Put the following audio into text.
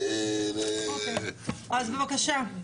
אוקיי, אז בבקשה.